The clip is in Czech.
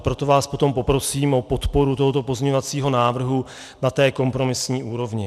Proto vás potom poprosím o podporu tohoto pozměňovacího návrhu na té kompromisní úrovni.